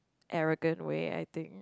arrogant way I think